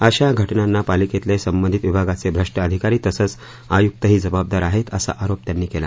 अशा घटनांना पालिकेतले संबंधित विभागाचे भ्रष्ट अधिकारी तसंच आयुक्तही जबाबदार आहेत असा आरोप त्यांनी केला